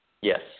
Yes